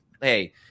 hey